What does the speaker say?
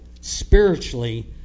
spiritually